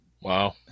Wow